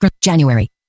January